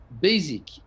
basic